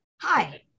Hi